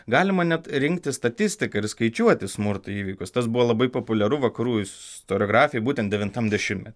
galima net rinkti statistiką ir skaičiuoti smurto įvykius tas buvo labai populiaru vakarų istoriografijoj būtent devintam dešimtmety